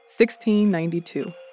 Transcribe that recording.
1692